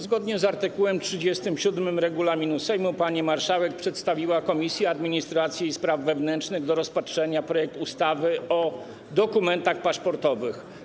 Zgodnie z art. 37 regulaminu Sejmu pani marszałek przedstawiła Komisji Administracji i Spraw Wewnętrznych do rozpatrzenia projekt ustawy o dokumentach paszportowych.